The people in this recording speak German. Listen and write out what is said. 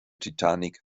titanic